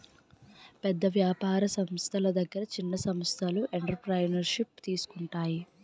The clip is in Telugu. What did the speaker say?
పెద్ద వ్యాపార సంస్థల దగ్గర చిన్న సంస్థలు ఎంటర్ప్రెన్యూర్షిప్ తీసుకుంటాయి